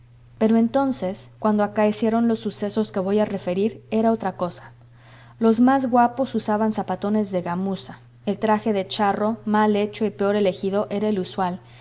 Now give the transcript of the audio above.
pero entonces cuando acaecieron los sucesos que voy a referir era otra cosa los más guapos usaban zapatones de gamuza el traje de charro mal hecho y peor elegido era el usual